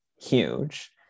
huge